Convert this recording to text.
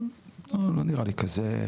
לא נראה לי כזה.